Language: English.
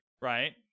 right